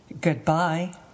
Goodbye